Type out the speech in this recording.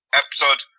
episode